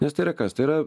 nes tai yra kas tai yra